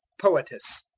poetess.